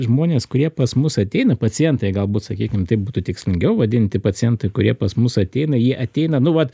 žmonės kurie pas mus ateina pacientai galbūt sakykim taip būtų tikslingiau vadinti pacientai kurie pas mus ateina jie ateina nu vat